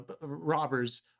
robbers